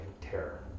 terror